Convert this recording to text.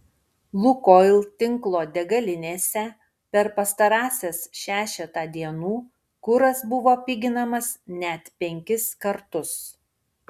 lukoil tinklo degalinėse per pastarąsias šešetą dienų kuras buvo piginamas net penkis kartus